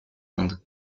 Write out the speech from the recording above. inde